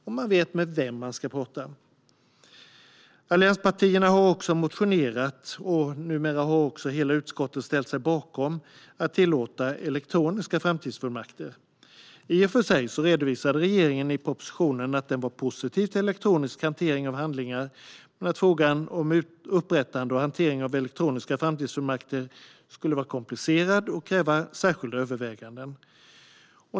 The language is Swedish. Man vet också med vem man ska prata. Allianspartierna har motionerat om - och hela utskottet har ställt sig bakom - att tillåta elektroniska framtidsfullmakter. I propositionen redovisar regeringen att den i och för sig är positiv till elektronisk hantering av handlingar, men att frågan om upprättande och hantering av elektroniska framtidsfullmakter är komplicerad och kräver särskilda överväganden.